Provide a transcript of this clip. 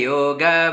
Yoga